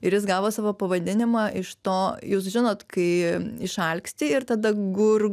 ir jis gavo savo pavadinimą iš to jūs žinot kai išalksti ir tada gur